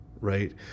Right